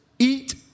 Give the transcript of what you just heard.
Eat